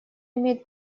имеет